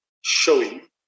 showing